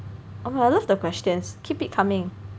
oh my god I love the questions keep it coming